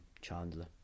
Chandler